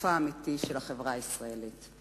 פרצופה האמיתי של החברה הישראלית.